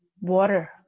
water